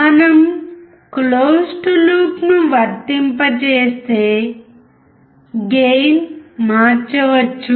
మనం క్లోజ్డ్ లూప్ను వర్తింపజేస్తే గెయిన్ మార్చవచ్చు